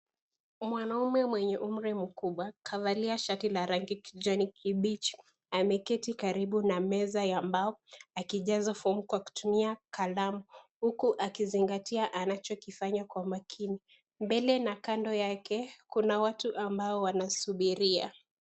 Mwanamme mwenye umri mkubwa kavalia shati la rangi kijani kibichi ameketi karibu na meza ya mbao akijaza fomu kwa kutumia kalamu huku akizingatia anachokifanya kwa makini, mbele na kando yake kuna watu ambao wanasubiria.